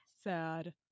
Sad